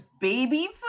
baby